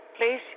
please